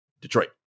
Detroit